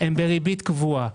הם בריבית קבועה,